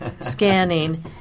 scanning